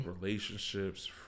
relationships